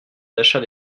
d’achat